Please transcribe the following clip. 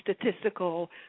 statistical